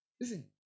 Listen